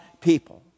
people